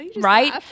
right